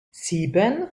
sieben